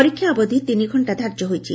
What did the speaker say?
ପରୀକ୍ଷା ଅବଧି ତିନି ଘଙ୍ଙା ଧାର୍ଯ୍ୟ ହୋଇଛି